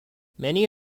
many